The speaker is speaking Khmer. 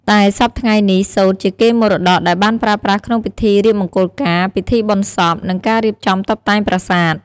តែសព្វថ្ងៃ នេះ សូត្រជាកេរមត៌កដែលបានប្រើប្រាស់ក្នុងពិធីរៀបមង្គលការ ពិធីបុណ្យសព និង ការរៀបចំតុបតែងប្រាសាទ។